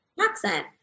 accent